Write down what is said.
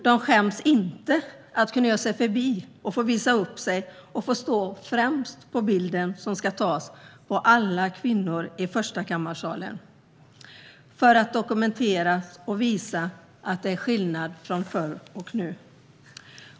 De skämdes dock inte för att knö sig förbi och ställa sig främst för att få visa upp sig på den bild som skulle tas på alla kvinnor i Förstakammarsalen för att dokumentera och visa att det är skillnad mellan förr och nu.